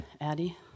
Addie